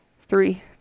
Three